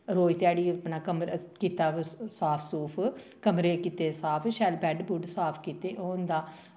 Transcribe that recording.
रोज ध्याड़ी अपना कमरा कीता साफ सूफ कमरे कीते साफ शैल बैड्ड बुड्ड साफ कीते ओह् होंदा